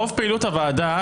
רוב פעילות הוועדה,